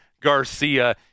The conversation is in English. Garcia